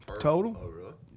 Total